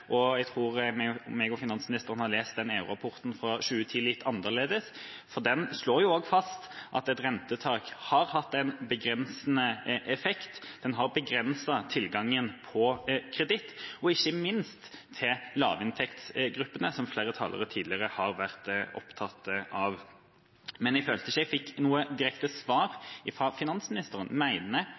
Jeg tror finansministeren og jeg har lest den EU-rapporten fra 2010 litt forskjellig, for den slår også fast at et rentetak har hatt en begrensende effekt. Den har begrenset tilgangen på kreditt, ikke minst til lavinntektsgruppene, som flere talere tidligere har vært opptatt av. Men jeg følte ikke at jeg fikk noe direkte svar fra finansministeren: